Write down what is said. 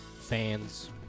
fans